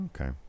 Okay